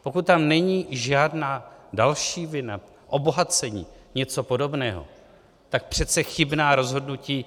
Pokud tam není žádná další vina, obohacení, něco podobného, tak přece chybná rozhodnutí...